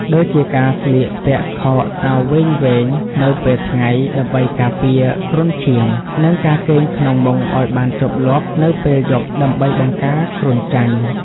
ដូចជាការស្លៀកពាក់ខោអាវវែងៗនៅពេលថ្ងៃដើម្បីការពារគ្រុនឈាម និងការគេងក្នុងមុងឱ្យបានជាប់លាប់នៅពេលយប់ដើម្បីបង្ការគ្រុនចាញ់។